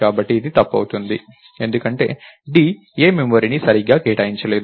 కాబట్టి ఇది తప్పు అవుతుంది ఎందుకంటే d ఏ మెమరీని సరిగ్గా కేటాయించలేదు